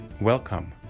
welcome